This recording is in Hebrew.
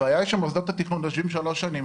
הבעיה היא שמוסדות התכנון יושבים שלוש שנים,